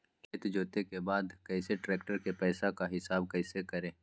खेत जोते के बाद कैसे ट्रैक्टर के पैसा का हिसाब कैसे करें?